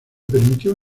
permitió